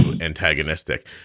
antagonistic